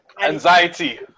Anxiety